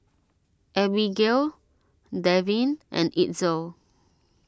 Abigale Davin and Itzel